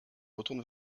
retourne